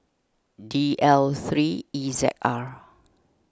D L three E Z R